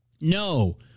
No